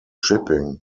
shipping